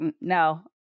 no